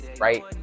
right